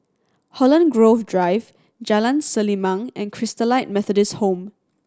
Holland Grove Drive Jalan Selimang and Christalite Methodist Home